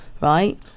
right